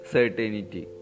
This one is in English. Certainty